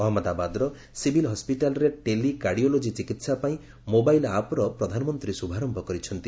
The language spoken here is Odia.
ଅହମ୍ମଦାବାଦର ସିଭିଲ୍ ହସ୍କିଟାଲରେ ଟେଲି କାର୍ଡିଓଲୋଜି ଚିକିତ୍ସା ପାଇଁ ମୋବାଇଲ୍ ଆପ୍ ର ପ୍ରଧାନମନ୍ତ୍ରୀ ଶୁଭାରମ୍ଭ କରିଚ୍ଛନ୍ତି